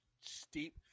steep